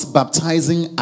baptizing